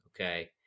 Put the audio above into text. okay